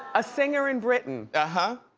a singer in britain? ah huh,